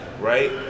right